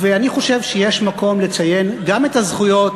אני חושב שיש מקום לציין גם את הזכויות